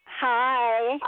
Hi